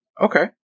Okay